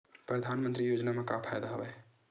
परधानमंतरी योजना म का फायदा?